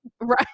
Right